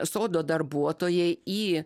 sodo darbuotojai į